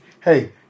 hey